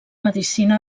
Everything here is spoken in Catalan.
medicina